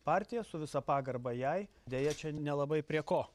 partija su visa pagarba jai deja čia nelabai prie ko